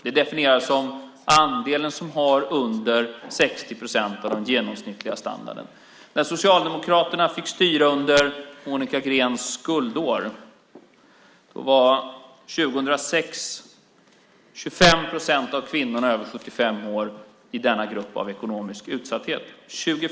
Det definieras som andelen som har under 60 procent av den genomsnittliga standarden. När Socialdemokraterna fick styra under Monica Greens guldår år 2006 var 25 procent av kvinnorna över 75 år i denna grupp av ekonomisk utsatthet.